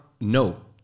no